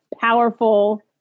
powerful